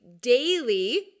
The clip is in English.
daily